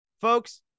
folks